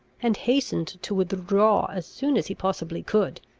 and hastened to withdraw as soon as he possibly could.